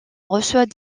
reçoit